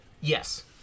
Yes